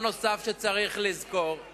דבר נוסף שצריך לזכור הוא